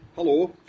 Hello